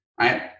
right